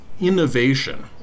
innovation